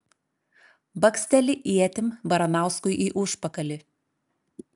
baksteli ietim baranauskui į užpakalį